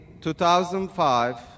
2005